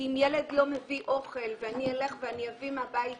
כי אם ילד לא מביא אוכל ואני אלך ואני אביא מהבית שלי,